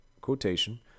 quotation